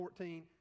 14